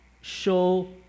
Show